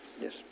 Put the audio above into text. Yes